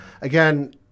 Again